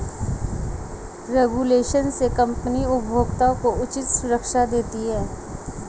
regulation से company उपभोक्ता को उचित सुरक्षा देती है